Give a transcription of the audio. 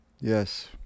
Yes